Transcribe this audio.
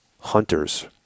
hunters